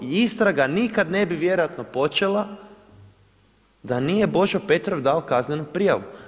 I istraga nikad ne bi vjerojatno počela da nije Božo Petrov dao kaznenu prijavu.